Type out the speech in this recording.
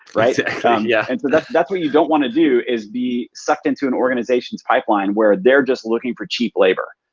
right? exactly, um yeah. and so that's that's what you don't wanna do is be sucked into an organization's pipeline where they're just looking for cheap labor.